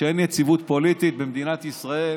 כשאין יציבות פוליטית במדינת ישראל